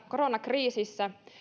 koronakriisissä